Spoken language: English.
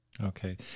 Okay